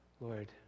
Lord